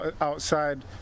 outside